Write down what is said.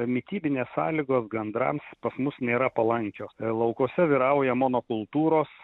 mitybinės sąlygos gandrams pas mus nėra palankios laukuose vyrauja monokultūros